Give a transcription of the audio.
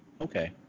okay